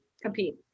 compete